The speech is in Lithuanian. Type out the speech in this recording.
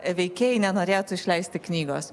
veikėjai nenorėtų išleisti knygos